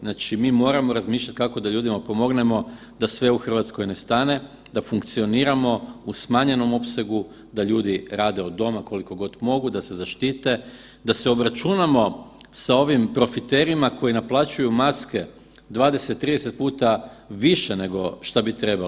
Znači, mi moramo razmišljat kako da ljudima pomognemo da sve u RH ne stane, da funkcioniramo u smanjenom opsegu, da ljudi rade od doma koliko god mogu, da se zaštite, da se obračunamo sa ovim profiterima koji naplaćuju maske 20-30 puta više nego šta bi trebali.